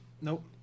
Nope